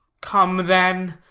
come, then,